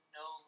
no